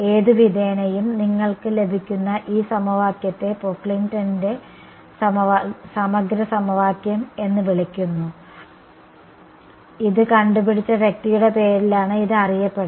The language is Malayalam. ഏത് വിധേനയും നിങ്ങൾക്ക് ലഭിക്കുന്ന ഈ സമവാക്യത്തെ പോക്ക്ലിംഗ്ടണിന്റെ സമഗ്ര സമവാക്യം Pocklington's equation എന്ന് വിളിക്കുന്നു ഇത് കണ്ടുപിടിച്ച വ്യക്തിയുടെ പേരിലാണ് ഇത് അറിയപ്പെടുന്നത്